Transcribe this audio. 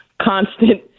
constant